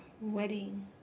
wedding